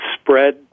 spread